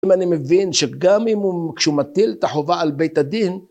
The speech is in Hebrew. אם אני מבין שגם אם הוא... כשהוא מטיל את החובה על בית הדין,